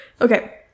Okay